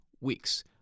weeks